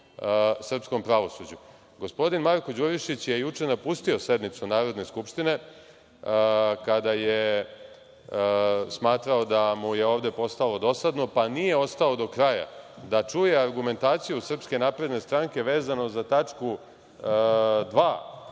srpskom pravosuđu. Gospodin Marko Đurišić je juče napustio sednicu Narodne skupštine kada je smatrao da mu je ovde postalo dosadno, pa nije ostao do kraja da čuje argumentaciju Srpske napredne stranke vezano za tačku 2.